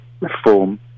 reform